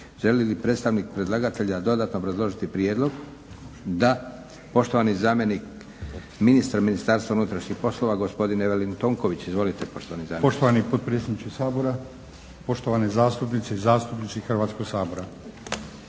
Želi li predstavnik predlagatelja Vlade dodatno obrazložiti prijedlog? Da. Poštovani zamjenik ministra Ministarstva unutrašnjih poslova gospodin Evelin Tonković. Izvolite poštovani zamjeniče. **Tonković, Evelin** Poštovani potpredsjedniče Sabora, poštovane zastupnice i zastupnici Hrvatskog sabora.